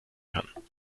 kann